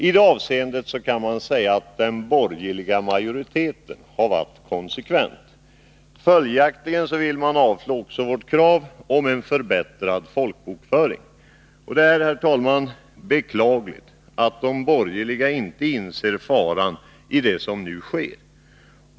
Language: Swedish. I det avseendet kan man säga att den borgerliga majoriteten har varit konsekvent. Följaktligen vill man också avslå vårt krav på en förbättrad folkbokföring. Det är, herr talman, beklagligt att de borgerliga inte inser faran i det som nu sker.